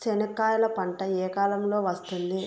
చెనక్కాయలు పంట ఏ కాలము లో వస్తుంది